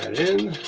in.